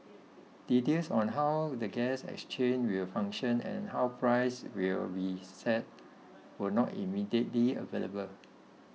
details on how the gas exchange will function and how prices will be set were not immediately available